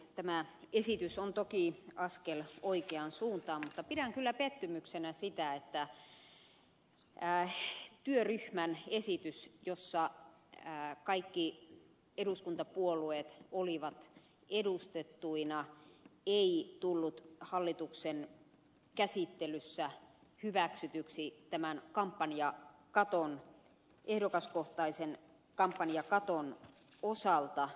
tämä esitys on toki askel oikeaan suuntaan mutta pidän kyllä pettymyksenä sitä että työryhmän esitys jossa kaikki eduskuntapuolueet olivat edustettuina ei tullut hallituksen käsittelyssä hyväksytyksi tämän ehdokaskohtaisen kampanjakaton osalta